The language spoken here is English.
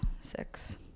six